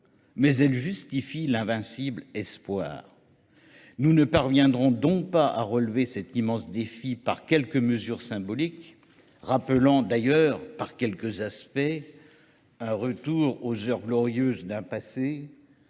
mais elle justifie l'invincible espoir. » Nous ne parviendrons donc pas à relever cet immense défi par quelques mesures symboliques, rappelant d'ailleurs par quelques aspects un retour aux heures glorieuses d'un passé